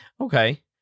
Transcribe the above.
okay